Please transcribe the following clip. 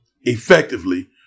effectively